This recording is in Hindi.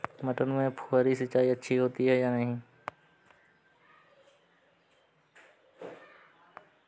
मटर में फुहरी सिंचाई अच्छी होती है या नहीं?